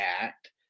act